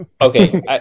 Okay